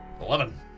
Eleven